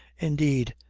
indeed,